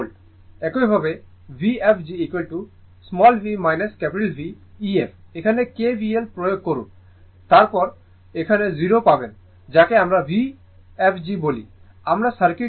একইভাবে Vfg v V ef এখানে KVL প্রয়োগ করুন তারপর এখানে 0 পাবেন যাকে আমরা Vfg বলি আমরা সার্কিটে KVL প্রয়োগ করি